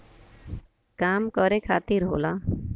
काम करे खातिर होला